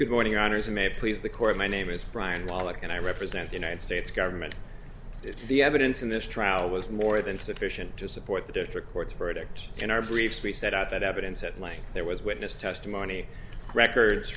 good morning honors and may please the court my name is brian moloch and i represent the united states government the evidence in this trial was more than sufficient to support the district court's verdict in our brief speech set out that evidence at length there was witness testimony records